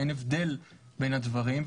אין הבדל בין הדברים.